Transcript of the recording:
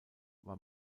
war